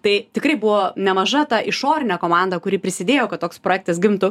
tai tikrai buvo nemaža ta išorinė komanda kuri prisidėjo kad toks projektas gimtų